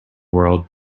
world